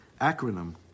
acronym